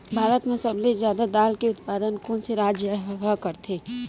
भारत मा सबले जादा दाल के उत्पादन कोन से राज्य हा करथे?